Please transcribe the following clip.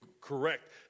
correct